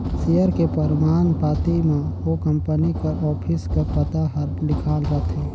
share के परमान पाती म ओ कंपनी कर ऑफिस कर पता हर लिखाल रहथे